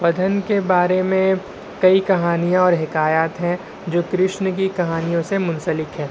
ودھن کے بارے میں کئی کہانیاں اور حکایات ہیں جو کرشن کی کہانیوں سے منسلک ہے